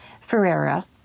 Ferreira